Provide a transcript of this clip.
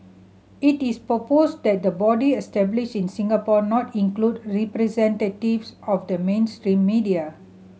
it is proposed that the body established in Singapore not include representatives of the mainstream media